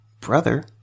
brother